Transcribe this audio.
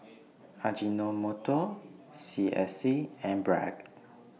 Ajinomoto S C S and Bragg